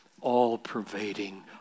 all-pervading